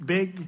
Big